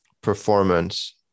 performance